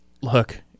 Look